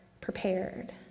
prepared